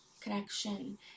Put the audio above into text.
connection